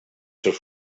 seus